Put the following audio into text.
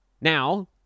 Now